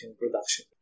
production